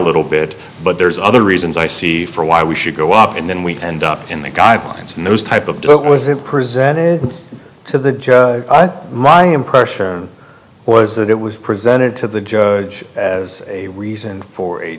little bit but there's other reasons i see for why we should go up and then we end up in the guidelines and those type of job was it presented to the judge my impression was that it was presented to the judge as a reason for a